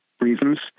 reasons